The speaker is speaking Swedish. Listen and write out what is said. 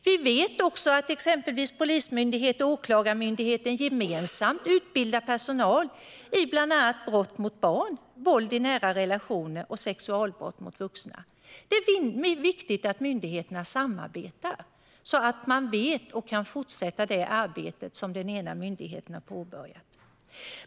Vi vet också att exempelvis Polismyndigheten och Åklagarmyndigheten gemensamt utbildat personal när det gäller brott mot barn, våld i nära relationer och sexualbrott mot vuxna. Det är viktigt att myndigheterna samarbetar så att den ena myndigheten känner till och kan fortsätta det arbete som den andra har påbörjat.